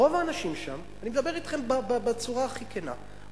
אני מדבר אתכם בצורה הכי כנה,